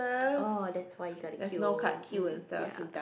oh that's why you got to queue